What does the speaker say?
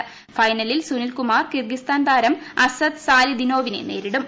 ക്ഷെനലിൽ Sunilkumar Kyrgyzstan താരം Asad സാലിദിനോ്പിനെ നേരിടും